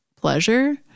pleasure